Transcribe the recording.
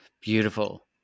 Beautiful